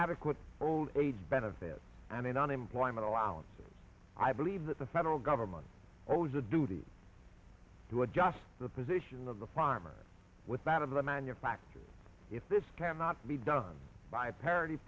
adequate old age benefits and unemployment allowances i believe that the federal government owes a duty to adjust the position of the farmer with that of the manufacture if this cannot be done by parity